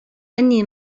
أني